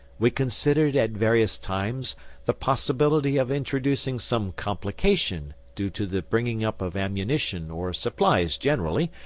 we considered at various times the possibility of introducing some complication due to the bringing up of ammunition or supplies generally,